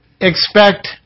expect